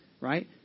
right